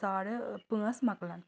ساڑٕ پانٛژھ مۄکلان